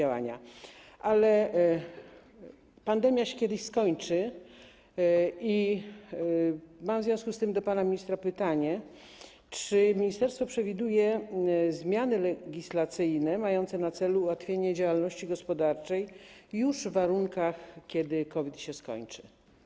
Ale pandemia się kiedyś skończy i mam w związku z tym do pana ministra pytanie: Czy ministerstwo przewiduje zmiany legislacyjne mające na celu ułatwienie działalności gospodarczej już w warunkach, kiedy COVID się skończy?